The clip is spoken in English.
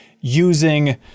using